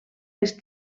les